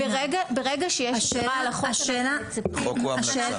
ברגע שיש עבירה על החוק אנחנו מצפים --- החוק הוא המלצה.